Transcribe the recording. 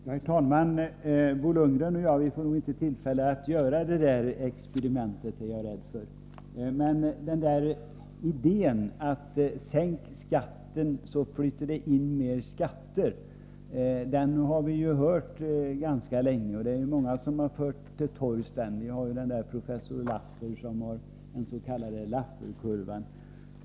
Herr talman! Bo Lundgren och jag får nog inte tillfälle att göra det föreslagna experimentet, är jag rädd. Men idén att man skall sänka skatten så att det flyter in mer skatter, den har vi hört ganska länge. Många har fört den till torgs, t.ex. professor Laffer med den s.k. lafferkurvan.